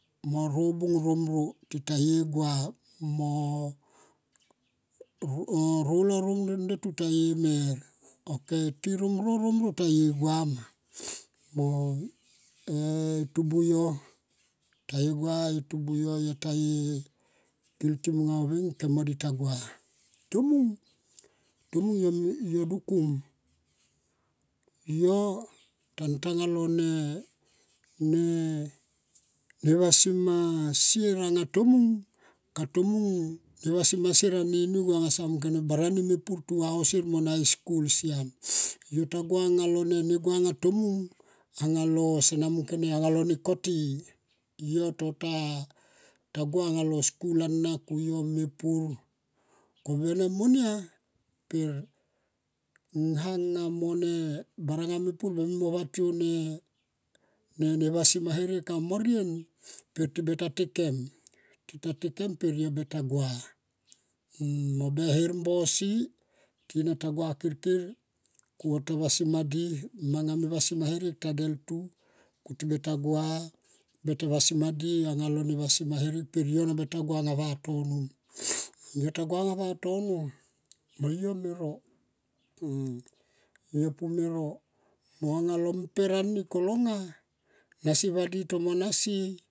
Mo robung rom ro tita ve gua mo rolo mdetu ta ye mer ok ti rom rom no ti ta e gua ma mo e tubu yo. Yo taye killing mo nga oveng kemo di taye gua tomung yo tan tanga lone ne vasima sier anga tomung. Tumung ka tomung ne vasima sier anini go samung kone bananga me pur va sier mo na e skul slam. Tagua anga lo ne gua anga tomung anga lo sona mun ko ne anga lo ne koti yo tota gua alo skul ana ku yo me pur ko ne vene monia per ngna nga mo ne baranga me pur mone vatiou ne vasima herek amo nen per ti be ta tekem. Tita teke pe yo be ta gua mo be her mbo si tibeta gua kirkir ku o ta vasima di mang me vasi ma herekta deltu tibeta gua beta vasima di anga lo vasima herek pen yo na beta guam anga vatono yo ta gua anga vatono sol yo me ro yo pume ro mo anga lo mper ani kolonga nasi vadi tomo nasi.